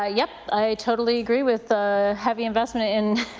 ah yes, i totally agree with ah heavy investment in